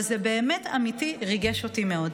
ובאמת, אמיתי, זה ריגש אותי מאוד.